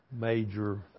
major